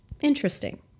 interesting